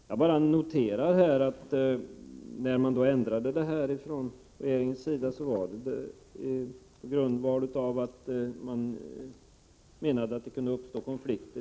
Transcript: Jag noterar att när man från regeringens sida ändrade detta, var det på grund av att man menade att det kunde uppstå konflikter.